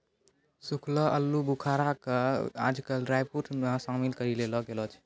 सूखलो आलूबुखारा कॅ आजकल ड्रायफ्रुट मॅ शामिल करी लेलो गेलो छै